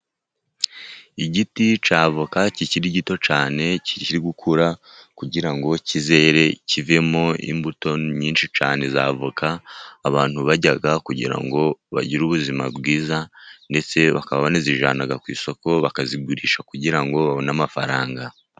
Igiti cya avoka kikiri gito cyane, kikiri gukura kugira ngo kizere kivemo imbuto nyinshi cyane z'avoka. Abantu barya kugira ngo bagire ubuzima bwiza, ndetse bakaba banazijyana ku isoko, bakazigurisha kugira ngo babone amafaranga.